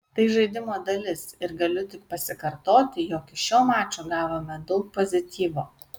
tai žaidimo dalis ir galiu tik pasikartoti jog iš šio mačo gavome daug pozityvo